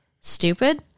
stupid